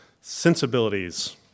sensibilities